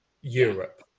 Europe